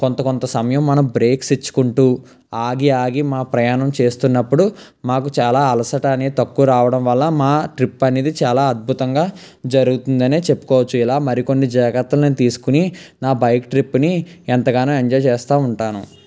కొంత కొంత సమయం మనం బ్రేక్స్ ఇచ్చుకుంటూ ఆగి ఆగి మా ప్రయాణం చేస్తున్నప్పుడు మాకు చాలా అలసట అని తక్కువ రావడం వల్ల మా ట్రిప్ అనేది చాలా అద్భుతంగా జరుగుతుందని చెప్పుకోవచ్చు ఇలా మరికొన్ని జాగ్రత్తలు నేను తీసుకుని నా బైక్ ట్రిప్ని ఎంతగానో ఎంజాయ్ చేస్తూ ఉంటాను